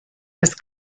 was